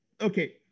okay